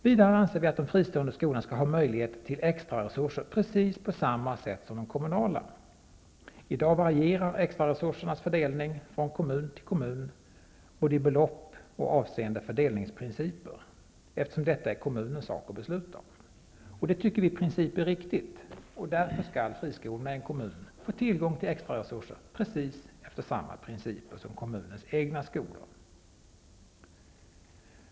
Vidare anser vi att de fristående skolorna skall ha möjlighet till extraresurser, precis på samma sätt som de kommunala. I dag varierar extraresursernas fördelning från kommun till kommun, både i belopp och avseende fördelningsprinciper, eftersom detta är kommunens sak att besluta om. Det tycker vi i princip är riktigt, och därför skall friskolorna i en kommun få tillgång till extraresurser precis efter samma principer som kommunens egna skolor.